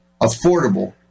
affordable